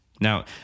Now